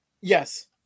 Yes